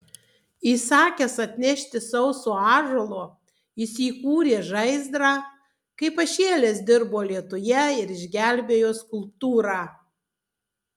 įsakęs atnešti sauso ąžuolo jis įkūrė žaizdrą kaip pašėlęs dirbo lietuje ir išgelbėjo skulptūrą